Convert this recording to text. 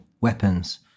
weapons